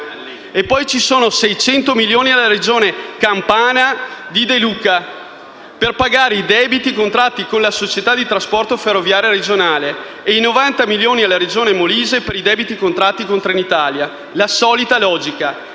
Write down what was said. E poi ci sono 600 milioni alla Regione Campania di De Luca, per pagare i debiti contratti con la società di trasporto ferroviaria regionale; e altri 90 milioni alla Regione Molise, per i debiti contratti con Trenitalia. La solita logica: